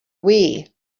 wii